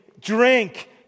Drink